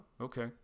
okay